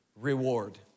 reward